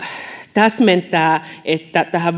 täsmentää tähän